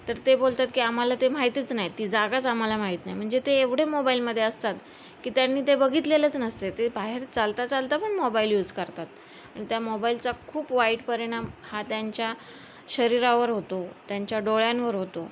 तर ते बोलतात की आम्हाला ते माहितीच नाही ती जागाच आम्हाला माहीत नाही म्हणजे ते एवढे मोबाईलमध्ये असतात की त्यांनी ते बघितलेलंच नसते ते बाहेर चालता चालता पण मोबाईल यूज करतात आणि त्या मोबाईलचा खूप वाईट परिणाम हा त्यांच्या शरीरावर होतो त्यांच्या डोळ्यांवर होतो